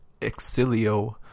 Exilio